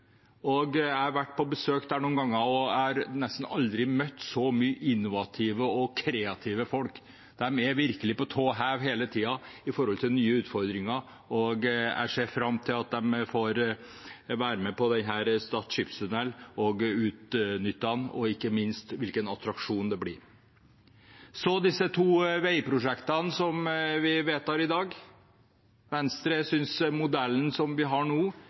har nesten aldri møtt så mange innovative og kreative folk. De er virkelig på tå hev hele tiden med hensyn til nye utfordringer. Jeg ser fram til at de får være med på Stad skipstunnel og på å utnytte den, og ikke minst ser jeg fram til hvilken attraksjon det blir. Så til disse to veiprosjektene som vi vedtar i dag. Venstre synes modellen som vi har nå,